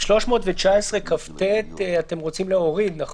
אתם רוצים להוריד את 319כט, נכון?